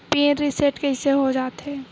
Pin reset कइसे हो जाथे?